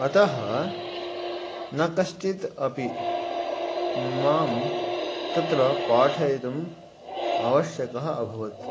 अतः न कश्चित् अपि मां तत्र पाठयितुम् आवश्यकः अभवत्